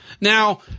Now